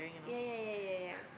yeah yeah yeah yeah